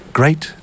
great